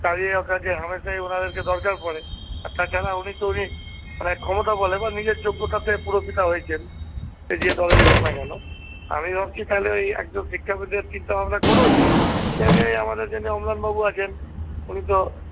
কাজে অকাজে হামেসাই ওনাদেরকে দরকার পড়ে আর তাছাড়া উনি তো উনি প্রায় ক্ষমতা বলে বা নিজের যোগ্যতাতে পৌরপিতা হয়েছেন যে দলেরই হোক না কেন আমি ভাবছি তাহলে ওই একজন শিক্ষাবিদের চিন্তা ভাবনা করুন যে আমি ওই আমাদের যিনি অম্লানবাবু আছেন উনি তো